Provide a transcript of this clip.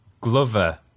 Glover